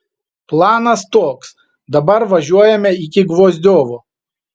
planas toks dabar važiuojame iki gvozdiovo